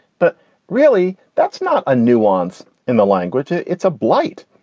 but really, that's not a nuance in the language. it's a blight.